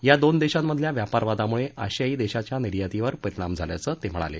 या दोन देशांमधल्या व्यापार वादामुळे आशियाई देशाच्या निर्यातीवर परिणाम झाल्याचं ते म्हणाले